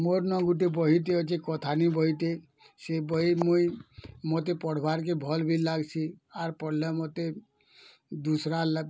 Morne ଗୁଟେ ବହିଟେ ଅଛି କଥାନି ବହିଟେ ସେ ବହି ମୁଇଁ ମୋତେ ପଢ଼୍ବାର୍ କେ ଭଲ୍ ବି ଲାଗ୍ସି ଆର୍ ପଢ଼ିଲେ ମୋତେ ଦୁସରା